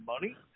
money